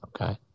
okay